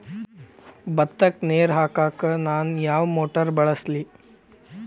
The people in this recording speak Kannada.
ಭತ್ತಕ್ಕ ನೇರ ಹಾಕಾಕ್ ನಾ ಯಾವ್ ಮೋಟರ್ ಬಳಸ್ಲಿ?